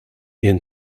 ian